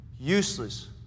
useless